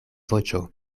voĉo